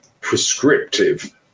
prescriptive